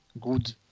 good